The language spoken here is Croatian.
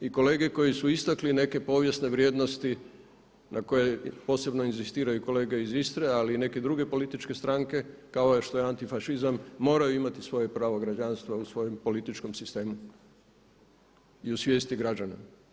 I kolege koji su istakli neke povijesne vrijednosti na koje posebno inzistiraju kolege iz Istre, ali i neke druge političke stranke kao što je antifašizam moraju imati svoje pravo građanstva u svojem političkom sistemu i u svijesti građana.